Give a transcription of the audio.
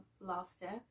laughter